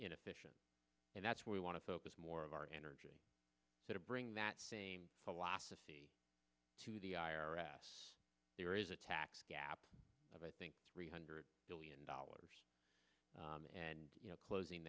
inefficient and that's where we want to focus more of our energy to bring that same philosophy to the i r s there is a tax gap i think three hundred billion dollars and you know closing